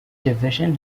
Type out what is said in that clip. division